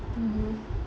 mmhmm